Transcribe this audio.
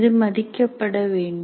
இது மதிக்கப்படவேண்டும்